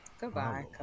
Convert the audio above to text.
Goodbye